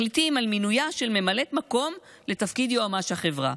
מחליטים על מינויה של ממלאת מקום לתפקיד יועמ"ש החברה,